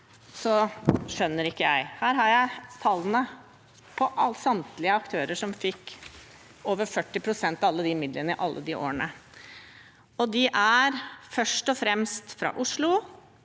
så skjønner ikke jeg. Her har jeg tallene på samtlige aktører som fikk over 40 pst. av alle midlene i alle de årene. De er først og fremst fra Oslo